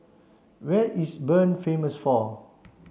what is Bern famous for